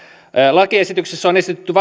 lakiesityksessä on esitetty